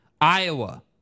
Iowa